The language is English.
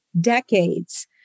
decades